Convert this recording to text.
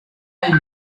arada